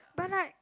but like